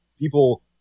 people